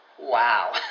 Wow